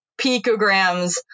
picograms